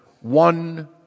one